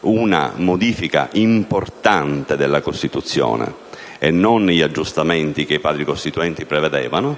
una modifica importante della Costituzione e non gli aggiustamenti che i Padri costituenti prevedevano,